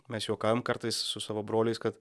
mes juokaujam kartais su savo broliais kad